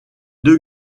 deux